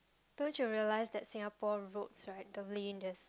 don't you realise that Singapore roads right the lane is